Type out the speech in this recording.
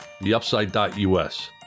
theupside.us